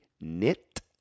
knit